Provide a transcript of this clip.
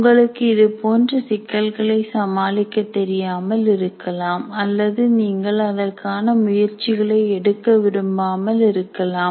உங்களுக்கு இதுபோன்ற சிக்கல்களை சமாளிக்க தெரியாமல் இருக்கலாம் அல்லது நீங்கள் அதற்கான முயற்சிகளை எடுக்க விரும்பாமல் இருக்கலாம்